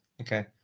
Okay